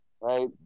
Right